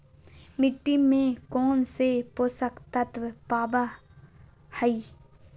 मिट्टी में कौन से पोषक तत्व पावय हैय?